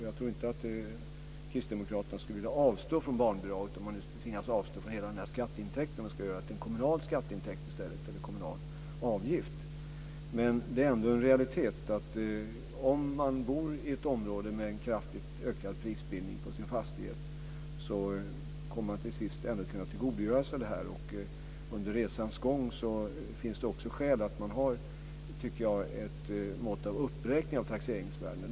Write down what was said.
Jag tror inte att kristdemokraterna skulle vilja avstå från barnbidraget eller tvingas avstå från hela skatteintäkten och göra den till en kommunal skatteintäkt eller en kommunal avgift i stället. Det är ändå en realitet att om man har en fastighet i ett område med en kraftig prisutveckling, kommer man till sist ändå att kunna tillgodogöra sig en vinst härpå. Jag tycker också att det under resans gång finns skäl att ha ett mått av uppräkning av taxeringsvärdena.